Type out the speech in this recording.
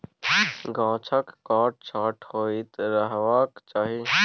गाछक काट छांट होइत रहबाक चाही